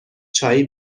چایی